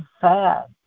sad